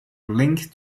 lynch